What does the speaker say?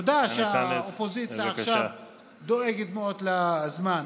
תודה שהאופוזיציה עכשיו דואגת מאוד לזמן.